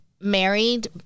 married